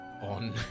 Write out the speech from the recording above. on